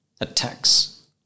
attacks